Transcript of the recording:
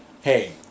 hey